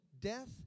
death